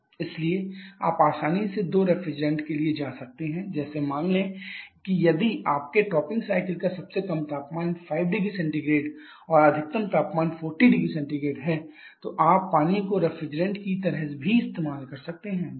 इसलिए आप आसानी से दो रेफ्रिजरेंट के लिए जा सकते हैं जैसे मान लें कि यदि आपके टॉपिंग साइकल का सबसे कम तापमान 50C और अधिकतम तापमान 40 0C है तो आप पानी को रेफ्रिजरेंट की तरह भी इस्तेमाल कर सकते हैं